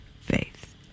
faith